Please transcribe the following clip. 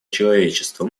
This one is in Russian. человечества